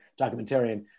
documentarian